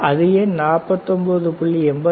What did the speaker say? இப்போது அது ஏன் 49